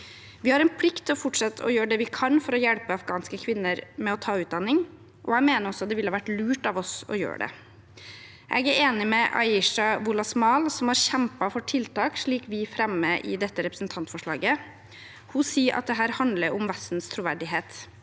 Vi har en plikt til å fortsette å gjøre det vi kan for å hjelpe afghanske kvinner med å ta utdanning, og jeg mener også det ville vært lurt av oss å gjøre det. Jeg er enig med Ayesha Wolasmal, som har kjempet for tiltak som dem vi fremmer i dette representantforslaget. Hun sier at dette handler om Vestens troverdighet,